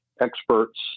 experts